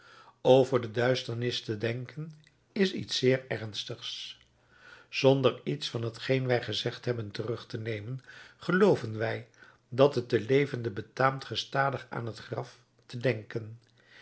over de duisternis te denken is iets zeer ernstigs zonder iets van t geen wij gezegd hebben terug te nemen gelooven wij dat het den levenden betaamt gestadig aan het graf te denken